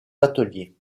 ateliers